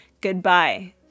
Goodbye